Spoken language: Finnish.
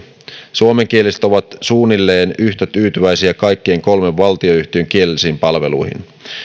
suomenkieliset ovat suunnilleen yhtä tyytyväisiä kaikkien kolmen valtionyhtiön kielellisiin palveluihin